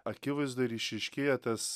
akivaizdoj ir išryškėja tas